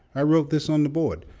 i wrote this on the board.